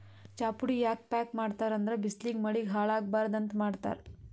ಚಾಪುಡಿ ಯಾಕ್ ಪ್ಯಾಕ್ ಮಾಡ್ತರ್ ಅಂದ್ರ ಬಿಸ್ಲಿಗ್ ಮಳಿಗ್ ಹಾಳ್ ಆಗಬಾರ್ದ್ ಅಂತ್ ಮಾಡ್ತಾರ್